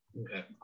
Okay